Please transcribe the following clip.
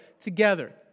together